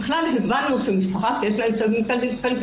בכלל הבנו שמשפחה שיש לה אמצעים כלכליים